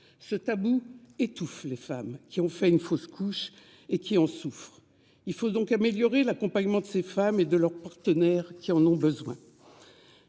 Ce tabou étouffe les femmes qui ont fait une fausse couche et qui en souffrent. Il faut améliorer l'accompagnement de ces femmes et de leur partenaire qui en ont besoin.